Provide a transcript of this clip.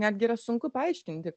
netgi yra sunku paaiškinti